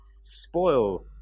spoil